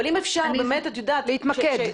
אבל, אם אפשר, להתמקד.